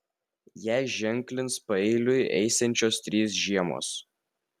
ją ženklins paeiliui eisiančios trys žiemos